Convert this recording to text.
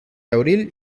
abril